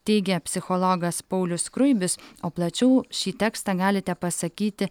teigia psichologas paulius skruibis o plačiau šį tekstą galite pasakyti